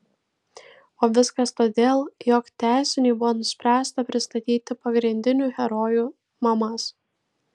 o viskas todėl jog tęsiniui buvo nuspręsta pristatyti pagrindinių herojų mamas